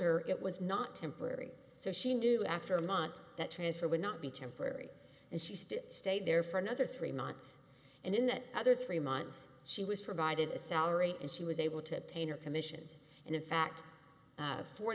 her it was not temporary so she knew after a month that transfer would not be temporary and she still stayed there for another three months and in that other three months she was provided a salary and she was able to attain or commissions and in fact